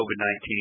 COVID-19